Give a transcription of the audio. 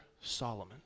Solomon